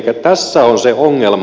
elikkä tässä on se ongelma